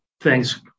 Thanks